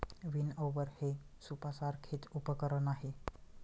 विनओवर हे सूपसारखेच उपकरण आहे